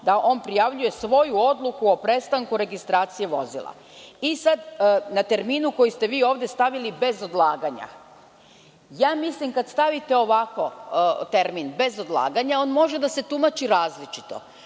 da on prijavljuje svoju odluku o prestanku registracije vozila i na terminu koji ste vi ovde stavili: „bez odlaganja“. Mislim da, kada stavite ovako termin: „bez odlaganja“, on može da se tumači različito.